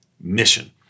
mission